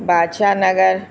Badshah Nagar